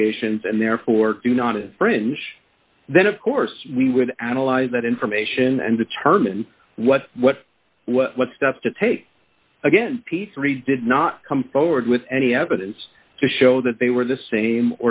allegations and therefore do not infringe then of course we would analyze that information and determine what what what steps to take against p three did not come forward with any evidence to show that they were the same